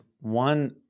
one